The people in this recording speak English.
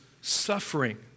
suffering